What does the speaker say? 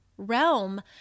realm